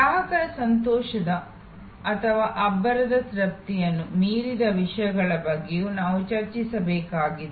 ಗ್ರಾಹಕರ ಸಂತೋಷ ಅಥವಾ ಅಬ್ಬರದಲ್ಲಿ ತೃಪ್ತಿಯನ್ನು ಮೀರಿದ ವಿಷಯಗಳ ಬಗ್ಗೆಯೂ ನಾವು ಚರ್ಚಿಸಬೇಕಾಗಿದೆ